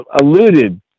alluded